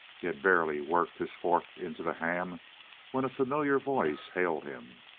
he had barely worked his fork into the ham when a familiar voice hailed him.